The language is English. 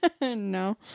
No